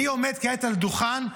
אני עומד כעת על הדוכן,